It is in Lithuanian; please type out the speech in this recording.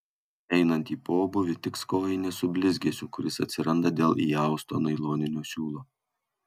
einant į pobūvį tiks kojinės su blizgesiu kuris atsiranda dėl įausto nailoninio siūlo